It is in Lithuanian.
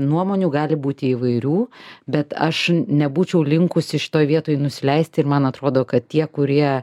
nuomonių gali būti įvairių bet aš nebūčiau linkusi šitoj vietoj nusileisti ir man atrodo kad tie kurie